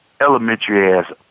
elementary-ass